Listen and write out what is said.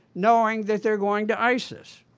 knowing that they're going to isis.